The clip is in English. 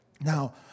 Now